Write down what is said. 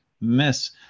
miss